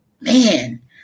man